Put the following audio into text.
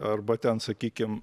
arba ten sakykim